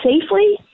safely